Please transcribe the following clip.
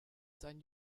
sein